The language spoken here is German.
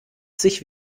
sich